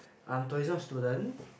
I'm tourism student